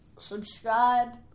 subscribe